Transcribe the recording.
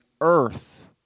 earth